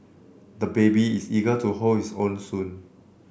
the baby is eager to hold his own spoon